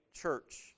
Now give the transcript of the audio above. church